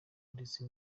ndetse